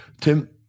Tim